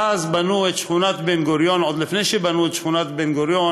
ואז בנו את שכונת בן-גוריון עוד לפני שבנו את שכונת בן-גוריון